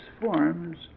forms